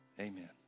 Amen